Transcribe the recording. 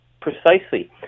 precisely